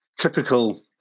Typical